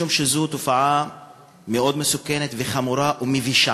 משום שזאת תופעה מאוד מסוכנת, חמורה ומבישה.